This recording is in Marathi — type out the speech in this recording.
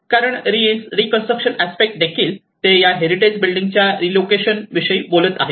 कारण रिकंस्ट्रक्शन अस्पेक्ट खेरीज ते या हेरिटेज बिल्डिंगच्या रिलोकेशन विषयी देखील बोलत आहेत